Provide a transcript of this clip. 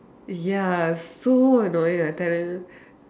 ya so annoying I tell you